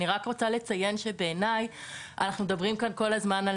אני רק רוצה לציין שאנחנו מדברים כאן כל הזמן על